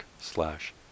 slash